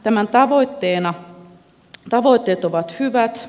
tämän tavoitteet ovat hyvät